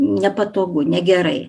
nepatogu negerai